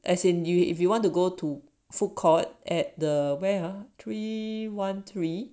as in you if you want to go to food court at the where ah three one three